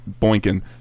boinking